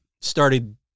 started